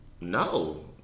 No